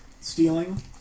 Stealing